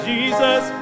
Jesus